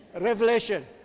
Revelation